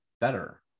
better